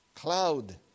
cloud